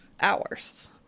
hours